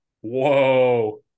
Whoa